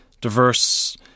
diverse